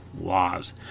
laws